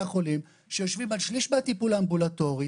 החולים שיושבים על שליש מהטיפול האמבולטורי,